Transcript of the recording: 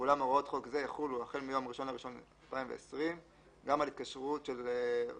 אולם הוראות חוק זה יחולו החל מיום ה-1.1.2020 גם על התקשרות של רשות